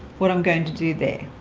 what i'm going to do there